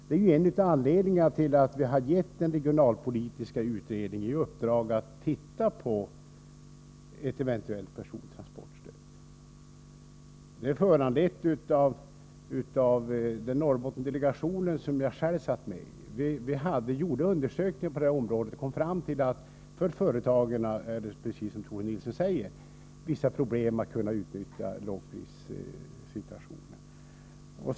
Det är en av anledningarna till att vi har gett den regionalpolitiska utredningen i uppdrag att se på hur man skulle kunna utforma ett eventuellt persontransportstöd. Norrbottensdelegationen, som jag själv satt med i, gjorde undersökningar på området och kom fram till att företagen, precis som Tore Nilsson säger, har vissa problem när det gäller att utnyttja lågpriserna.